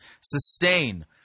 sustain